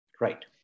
right